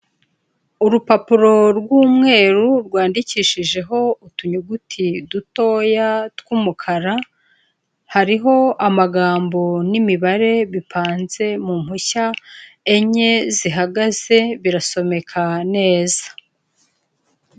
Urupapuro rw'umweru rwandikishijeho utu nyuguti dutoya tw'umukara hariho amagambo n'imibare bipanze mu mpushya enye zihagaze birasomeka neza.